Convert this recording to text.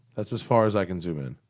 that's as far as i can zoom in.